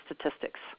statistics